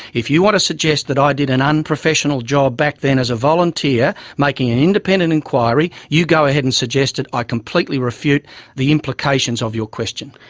if you want to suggest that i did an unprofessional job back then as a volunteer making an independent inquiry, you go ahead and suggest it. i completely refute the implications of your question.